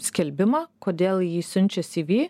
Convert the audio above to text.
skelbimą kodėl į jį siunčia cv